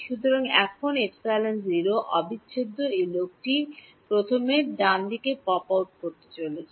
সুতরাং এখন ε অবিচ্ছেদ্য এই প্রথম লোকটি ডান পপ আউট করতে চলেছে